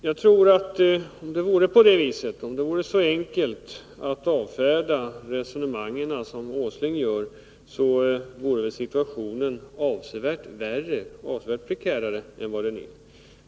Om man kunde avfärda resonemangen så enkelt som Nils Åsling försöker göra, så vore situationen avsevärt prekärare än vad den är.